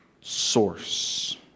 source